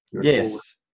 Yes